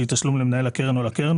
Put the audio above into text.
שהיא תשלום למנהל הקרן או לקרן,